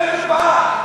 אין כלום, אין מרפאה.